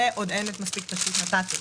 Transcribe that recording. אין מספיק נת"צים.